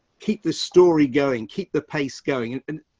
keep the story going, keep the pace going. and and